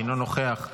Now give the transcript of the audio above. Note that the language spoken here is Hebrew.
אינו נוכח,